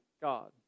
God